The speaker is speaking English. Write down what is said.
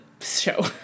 show